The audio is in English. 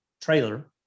trailer